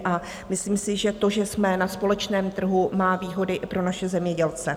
A myslím si, že to, že jsme na společném trhu, má výhody i pro naše zemědělce.